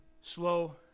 slow